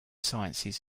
sciences